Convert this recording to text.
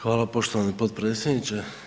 Hvala poštovani potpredsjedniče.